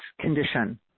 condition